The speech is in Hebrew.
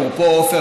עפר,